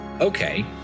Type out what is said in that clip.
okay